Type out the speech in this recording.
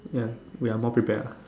ya we are more prepared lah